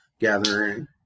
gathering